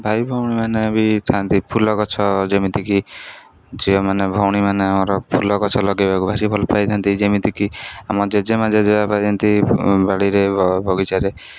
ଭାଇ ଭଉଣୀମାନେ ବି ଥାଆନ୍ତି ଫୁଲ ଗଛ ଯେମିତିକି ଝିଅମାନେ ଭଉଣୀମାନେ ଆମର ଫୁଲ ଗଛ ଲଗେଇବାକୁ ଭାରି ଭଲ ପାଇଥାନ୍ତି ଯେମିତିକି ଆମ ଜେଜେ ମାଆ ଜେଜେ ବାପା ପାଇଥାନ୍ତି ବାଡ଼ିରେ ବଗିଚାରେ